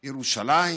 ירושלים,